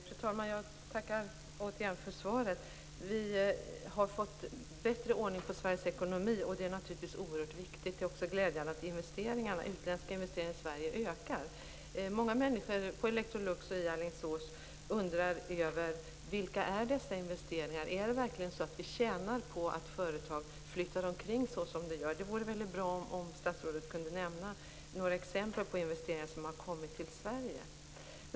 Fru talman! Jag tackar återigen för svaret. Vi har fått bättre ordning på Sveriges ekonomi, och det är naturligtvis oerhört viktigt. Det är också glädjande att utländska investeringar i Sverige ökar. Många människor på Electrolux och i Alingsås undrar över vilka dessa investeringar är. Tjänar vi verkligen på att företag flyttar omkring så som de gör? Det vore väldigt bra om statsrådet kunde nämna några exempel på investeringar som har gjorts i Sverige.